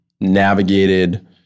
navigated